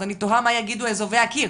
אז אני תוהה מה יגידו אזובי הקיר.